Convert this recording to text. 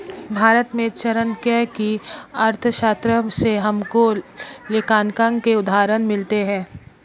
भारत में चाणक्य की अर्थशास्त्र से हमको लेखांकन के उदाहरण मिलते हैं